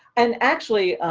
and actually,